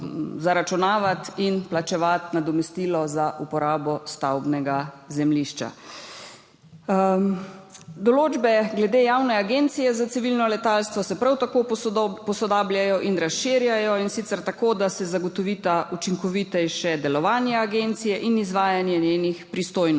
in plačevati nadomestila za uporabo stavbnega zemljišča. Določbe glede Javne agencije za civilno letalstvo se prav tako posodabljajo in razširjajo, in sicer tako, da se zagotovita učinkovitejše delovanje agencije in izvajanje njenih pristojnosti.